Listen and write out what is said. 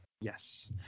Yes